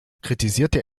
kritisierte